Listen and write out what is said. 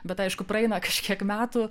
bet aišku praeina kažkiek metų